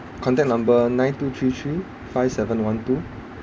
contact number nine two three three five seven one two